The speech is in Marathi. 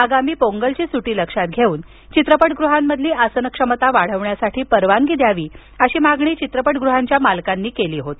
आगामी पोंगलची सुटी लक्षात घेऊन चित्रपटगृहांमधली आसन क्षमता वाढवण्यासाठी परवानगी द्यावी अशी मागणी चित्रपटगृहांच्या मालकांनी केली होती